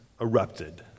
erupted